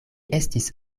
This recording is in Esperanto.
estis